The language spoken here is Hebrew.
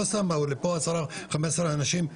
לא סתם באו לפה חמש עשרה אנשים מעוספיה,